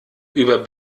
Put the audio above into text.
über